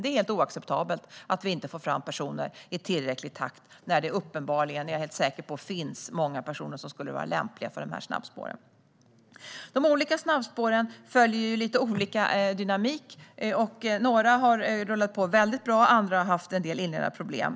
Det är helt oacceptabelt att vi inte får fram personer i tillräcklig takt när det uppenbarligen finns många personer som skulle vara lämpliga för snabbspåren. Det är jag helt säker på. De olika snabbspåren har lite olika dynamik. Några har rullat på väldigt bra, och andra har haft en del inledande problem.